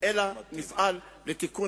תזרים